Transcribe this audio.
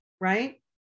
right